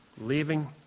Leaving